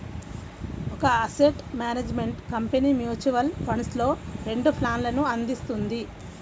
ఒక asset management company mutual ఫండ్స్లో రెండు ప్లాన్లను అందిస్తుంది